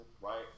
right